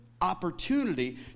opportunity